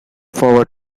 forward